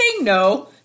No